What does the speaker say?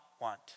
want